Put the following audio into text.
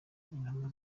intumwa